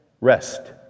Rest